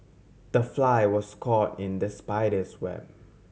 the fly was caught in the spider's web